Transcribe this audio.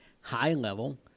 high-level